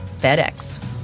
FedEx